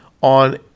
on